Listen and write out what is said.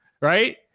right